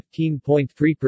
15.3%